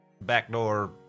backdoor